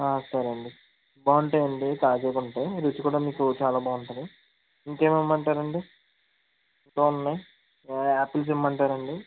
సరే అండి బాగుంటాయండి తాజాగా ఉంటాయి రుచి కూడా మీకు చాలా బాగుంటుంది ఇంకేం ఏమి ఇవ్వమంటారండి చూడండి ఆపిల్స్ ఇవ్వమంటారండి